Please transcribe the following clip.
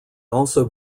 also